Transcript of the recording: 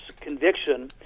conviction